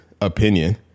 opinion